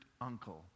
uncle